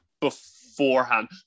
beforehand